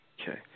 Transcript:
Okay